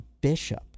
Bishop